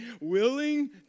willing